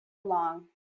along